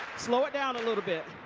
slow it down a little bit.